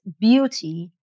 beauty